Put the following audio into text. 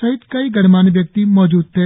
सहित कई गणमान्य व्यक्ति मौजूद थे